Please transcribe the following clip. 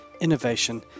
innovation